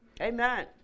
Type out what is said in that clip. Amen